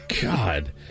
God